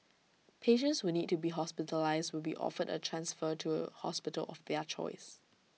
patients who need to be hospitalised will be offered A transfer to A hospital of their choice